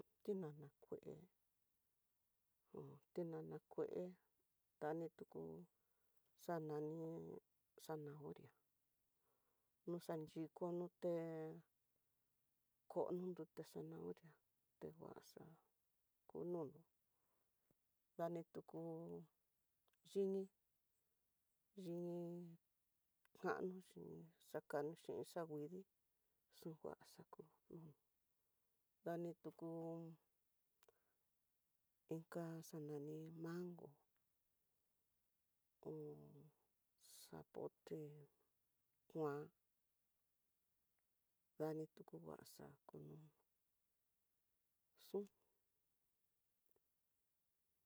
On tinana kué, on tinana kué, tan tuku xanani zanahoria no xan yiko yuté, kono nrute zanahoria, te guaxa kunon ndani tuku xhini yimi kano yun xakano xhin xanguidi xonguaxaku, inka xanani mango hó zapote kuean danituku nguaxaku xu.